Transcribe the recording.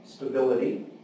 stability